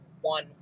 one